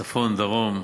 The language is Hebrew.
צפון, דרום,